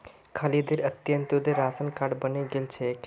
खालिदेर Antyodaya ration card बने गेल छेक